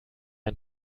ein